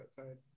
outside